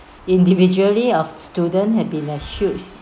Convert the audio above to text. individually of student have been a huge